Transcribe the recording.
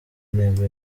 intego